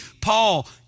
Paul